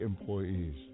employees